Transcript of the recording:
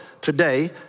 today